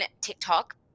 TikTok